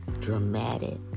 Dramatic